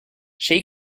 she